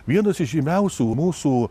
vienas įžymiausių mūsų